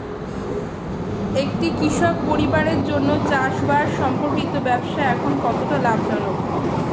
একটি কৃষক পরিবারের জন্য চাষবাষ সম্পর্কিত ব্যবসা এখন কতটা লাভজনক?